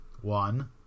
One